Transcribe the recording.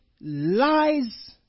lies